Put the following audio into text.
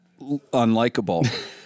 unlikable